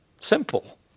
Simple